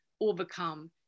overcome